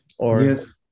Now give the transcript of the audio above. Yes